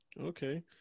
okay